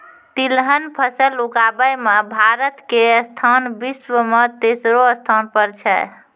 तिलहन फसल उगाबै मॅ भारत के स्थान विश्व मॅ तेसरो स्थान पर छै